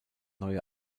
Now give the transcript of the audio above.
neue